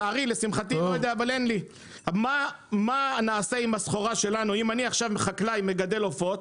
מה נעשה עם הסחורה שלנו אם אני עכשיו חקלאי מגדל עופות,